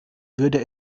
würde